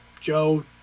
Joe